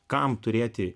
kam turėti